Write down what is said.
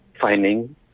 finding